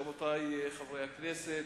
רבותי חברי הכנסת,